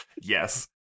Yes